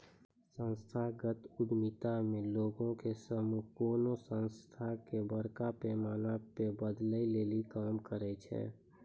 संस्थागत उद्यमिता मे लोगो के समूह कोनो संस्था के बड़का पैमाना पे बदलै लेली काम करै छै